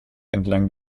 entlang